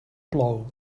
plou